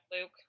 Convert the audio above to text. Luke